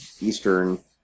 eastern